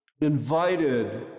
invited